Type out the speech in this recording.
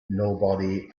nobody